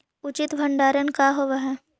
उचित भंडारण का होव हइ?